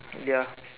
ya